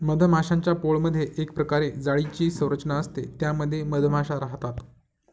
मधमाश्यांच्या पोळमधे एक प्रकारे जाळीची संरचना असते त्या मध्ये मधमाशा राहतात